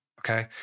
okay